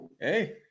hey